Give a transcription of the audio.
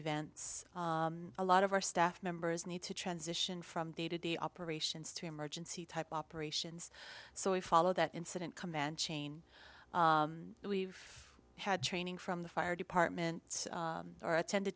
events a lot of our staff members need to transition from day to day operations to emergency type operations so we follow that incident command chain and we've had training from the fire department or attend to